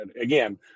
again